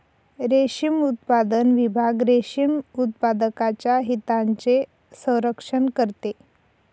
रेशीम उत्पादन विभाग रेशीम उत्पादकांच्या हितांचे संरक्षण करते